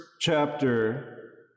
chapter